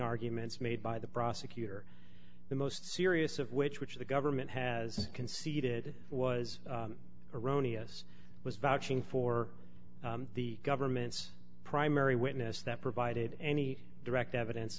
arguments made by the prosecutor the most serious of which which the government has conceded was erroneous was vouching for the government's primary witness that provided any direct evidence